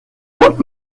what